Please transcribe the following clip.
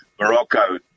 Morocco